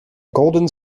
golden